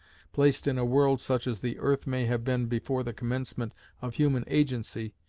placed in a world such as the earth may have been before the commencement of human agency,